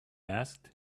asked